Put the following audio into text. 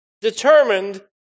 determined